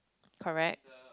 correct